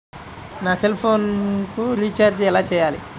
నా సెల్ఫోన్కు రీచార్జ్ ఎలా చేయాలి?